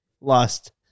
lost